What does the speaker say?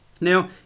Now